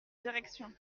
direction